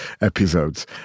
episodes